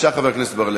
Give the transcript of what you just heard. זה הפתרון